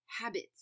habits